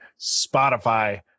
Spotify